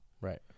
Right